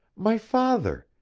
my father!